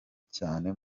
cyane